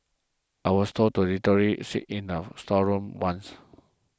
I was told to literally sit in a storeroom once